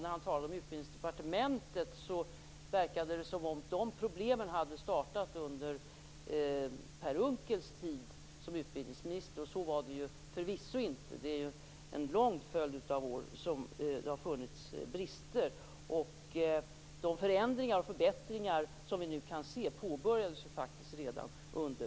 När han talade om Utbildningsdepartementet verkade det som om problemen där hade startat under Per Unckels tid som utbildningsminister. Så var det förvisso inte. Det var under en lång följd av år som det fanns brister, och de förändringar och förbättringar som vi nu kan se påbörjades redan under